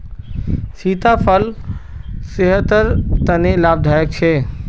सीताफल सेहटर तने लाभदायक छे